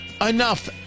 enough